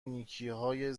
نیکیهای